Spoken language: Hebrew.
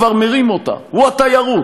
כבר מרים אותה הוא התיירות,